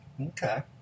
Okay